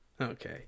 Okay